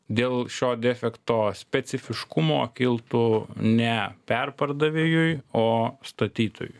dėl šio defekto specifiškumo kiltų ne perpardavėjui o statytojui